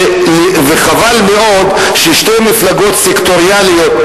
וחבל מאוד ששתי מפלגות סקטוריאליות,